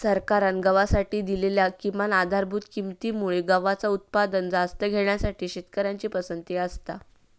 सरकारान गव्हासाठी दिलेल्या किमान आधारभूत किंमती मुळे गव्हाचा उत्पादन जास्त घेण्यासाठी शेतकऱ्यांची पसंती असता